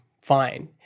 fine